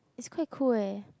it's quite cool eh